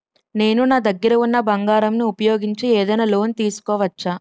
నేను నా దగ్గర ఉన్న బంగారం ను ఉపయోగించి ఏదైనా లోన్ తీసుకోవచ్చా?